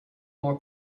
more